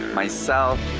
myself,